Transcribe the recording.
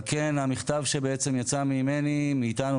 על כן המכתב שיצא ממני מאיתנו,